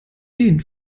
den